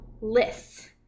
lists